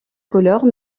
couleurs